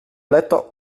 blätter